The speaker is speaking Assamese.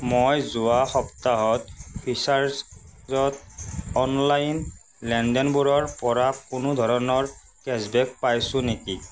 মই যোৱা সপ্তাহত ফ্ৰীচাৰ্জত অনলাইন লেনদেনবোৰৰ পৰা কোনো ধৰণৰ কেছবেক পাইছো নেকি